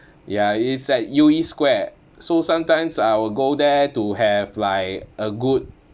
yeah it's at U_E square so sometimes I will go there to have like a good